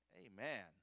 amen